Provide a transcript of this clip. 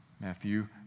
Matthew